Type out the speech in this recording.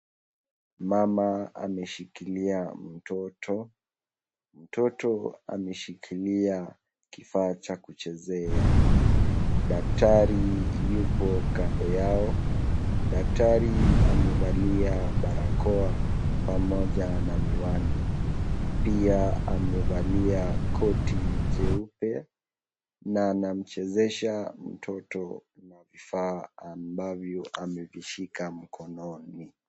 Mama ameshikilia mtoto, mtoto ameshikilia kifaa ya kuchezea, daktari yupo kando yao, daktari amevalia barakoa pamoja na miwani pia amevalia koti jeupe na anamchezesha mtoto na vifaa ambavyo amevishika mkononi.